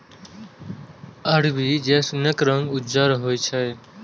अरबी जैस्मीनक रंग उज्जर होइ छै